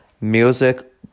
Music